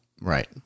Right